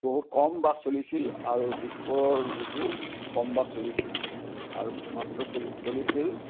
বহুত কম বাছ চলিছিল আৰু দিছপুৰৰলৈকেও কম বাছ চলিছিল মাত্ৰ চলি চলিছিল